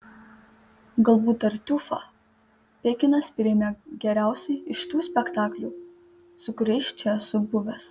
galbūt tartiufą pekinas priėmė geriausiai iš tų spektaklių su kuriais čia esu buvęs